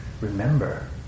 remember